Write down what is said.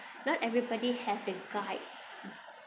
not everybody have the gut